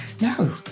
No